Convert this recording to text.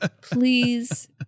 Please